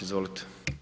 Izvolite.